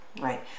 right